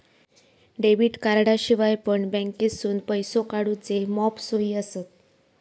debit कार्डाशिवाय पण बँकेतसून पैसो काढूचे मॉप सोयी आसत